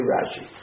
Rashi